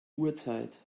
uhrzeit